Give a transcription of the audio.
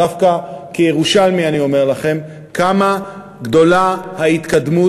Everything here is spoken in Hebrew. דווקא כירושלמי אני אומר לכם כמה גדולה ההתקדמות